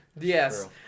Yes